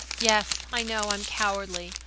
yes, i know i'm cowardly.